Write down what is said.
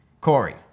Corey